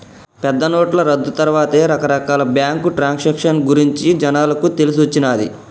పెద్దనోట్ల రద్దు తర్వాతే రకరకాల బ్యేంకు ట్రాన్సాక్షన్ గురించి జనాలకు తెలిసొచ్చిన్నాది